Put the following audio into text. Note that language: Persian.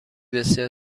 بسیار